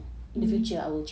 mmhmm